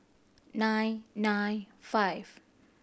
nine nine five